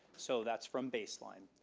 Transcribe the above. so that's from baseline.